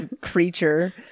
creature